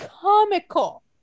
comical